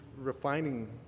refining